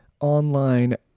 online